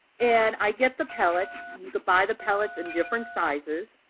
and i get the pellets. you could buy the pellets in different sizes.